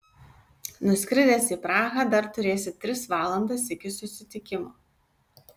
nuskridęs į prahą dar turėsi tris valandas iki susitikimo